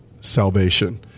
salvation